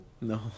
No